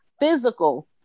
Physical